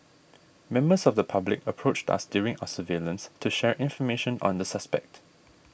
members of the public approached us during our surveillance to share information on the suspect